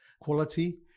quality